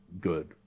good